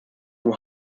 from